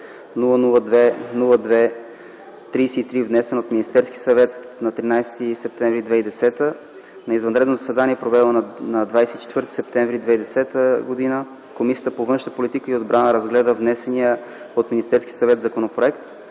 002-02-33, внесен от Министерски съвет на 13.09.2010 г. На извънредно заседание, проведено на 24 септември 2010 г., Комисията по външна политика и отбрана разгледа внесения от Министерския съвет законопроект.